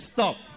Stop